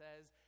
says